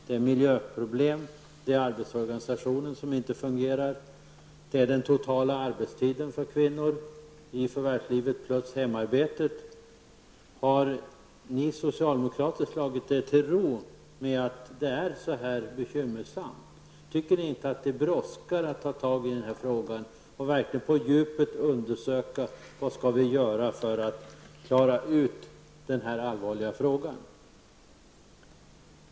Det är miljöproblem, det är arbetsorganisationen som inte fungerar, det är den totala arbetstiden för kvinnor: förvärvsarbete plus hemarbete. Har ni socialdemokrater slagit er till ro med att det är så här bekymmersamt? Tycker ni inte att det brådskar att ta itu med detta och verkligen undersöka vad man skall göra för att klara ut den här allvarliga frågan?